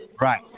right